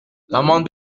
l’amendement